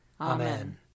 Amen